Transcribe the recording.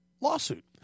lawsuit